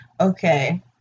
okay